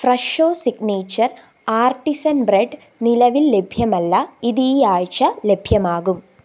Fresho signature artisan bread നിലവിൽ ലഭ്യമല്ല ഇത് ഈ ആഴ്ച ലഭ്യമാകും